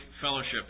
fellowship